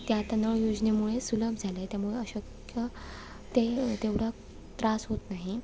त्या आता नळ योजनेमुळे सुलभ झालं आहे त्यामुळं अशक्य ते तेवढं त्रास होत नाही